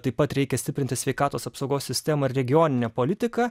taip pat reikia stiprinti sveikatos apsaugos sistemą ir regioninę politiką